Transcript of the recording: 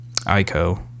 Ico